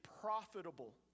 profitable